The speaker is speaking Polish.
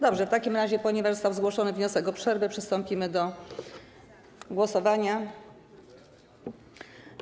Dobrze, w takim razie, ponieważ został zgłoszony wniosek o przerwę, przystąpimy do głosowania.